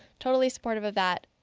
totally supportive of that.